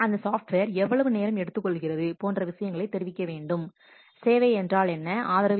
அந்த சாஃப்ட்வேர் எவ்வளவு நேரம் எடுத்துக் கொள்கிறது போன்ற விஷயங்களை தெரிவிக்க வேண்டும் சேவை என்றால் என்ன அல்லது ஆதரவு